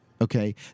Okay